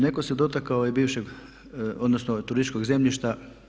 Netko se dotakao i bivšeg odnosno turističkog zemljišta.